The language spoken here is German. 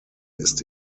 ist